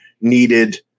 needed